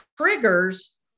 triggers